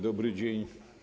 Dobry dzień.